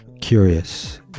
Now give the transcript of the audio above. curious